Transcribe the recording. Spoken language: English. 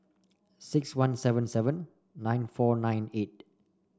six one seven seven nine four nine eight